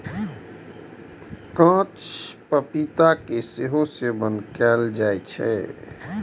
कांच पपीता के सेहो सेवन कैल जाइ छै